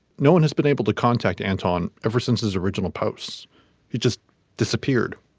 no one has been able to contact anton ever since his original post it just disappeared.